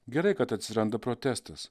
gerai kad atsiranda protestas